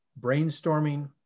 brainstorming